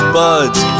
buds